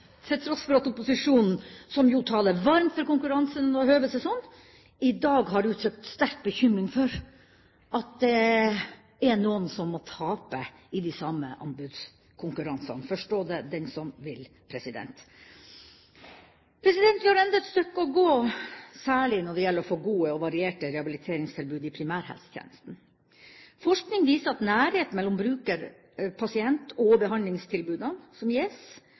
til tross for at opposisjonen, som jo taler varmt for konkurranse når det høver seg sånn, i dag har uttrykt sterk bekymring for at det er noen som må tape i de samme anbudskonkurransene – forstå det den som vil. Vi har ennå et stykke å gå, særlig når det gjelder å få gode og varierte rehabiliteringstilbud i primærhelsetjenesten. Forskning viser at nærhet mellom bruker/pasient og behandlingstilbudene som gis,